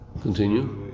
Continue